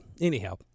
Anyhow